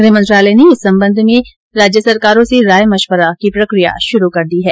गृह मंत्रालय ने इस संबंध में राज्य सरकारों से राय मश्विरा की प्रक्रिया शुरू कर दी है